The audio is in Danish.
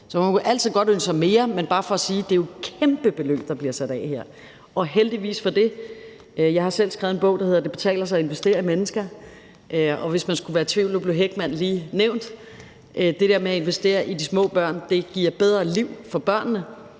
kan man altid godt ønske sig mere. Men det er bare for at sige, at det jo er et kæmpe beløb, der bliver sat af her, og heldigvis for det. Jeg har selv skrevet en bog, der hedder »Det betaler sig at investere i mennesker«, og hvis man skulle være i tvivl – og nu blev Heckman lige nævnt – så giver det der med at investere i de små børn bedre liv for børnene,